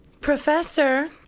Professor